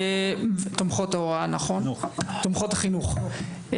תומכות החינוך.